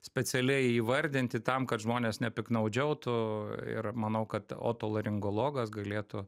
specialiai įvardinti tam kad žmonės nepiktnaudžiautų ir manau kad otolaringologas galėtų